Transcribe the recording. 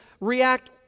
react